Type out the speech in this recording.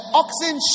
oxen